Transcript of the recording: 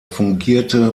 fungierte